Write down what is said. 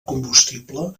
combustible